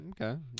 Okay